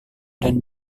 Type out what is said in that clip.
dan